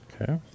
Okay